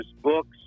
books